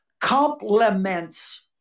complements